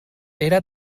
era